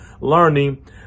learning